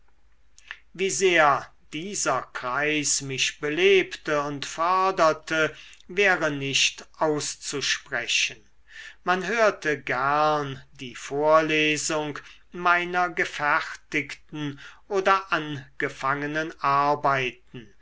wie sehr dieser kreis mich belebte und förderte wäre nicht auszusprechen man hörte gern die vorlesung meiner gefertigten oder angefangenen arbeiten